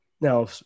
Now